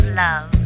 love